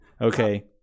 Okay